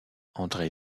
andré